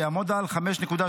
ויעמוד על 5.17%,